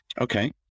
Okay